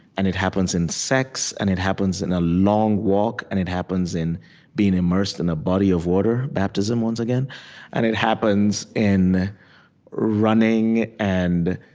and it happens in sex, and it happens in a long walk, and it happens in being immersed in a body of water baptism, once again and it happens in running and